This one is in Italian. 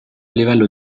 livello